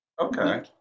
Okay